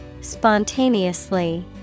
Spontaneously